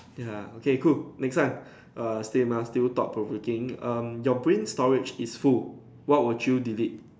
ya okay cool next one err same ah still thought provoking um your brain storage is full what would you delete